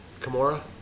Kimura